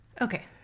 Okay